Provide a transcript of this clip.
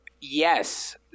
yes